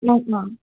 অঁ